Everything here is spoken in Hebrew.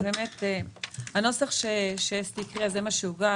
הנוסח שאסתי הקריאה הוא שהוגש.